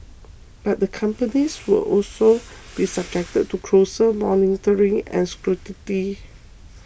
but the companies will also be subjected to closer monitoring and scrutiny